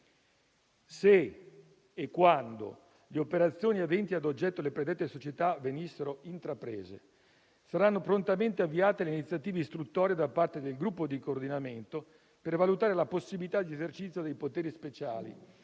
Se e quando le operazioni aventi ad oggetto le predette società venissero intraprese, saranno prontamente avviate le iniziative istruttorie da parte del gruppo di coordinamento per valutare la possibilità di esercizio dei poteri speciali